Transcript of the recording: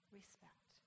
respect